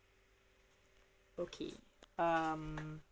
okay um